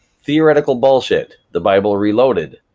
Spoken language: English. theoretical bullshit, the bible reloaded,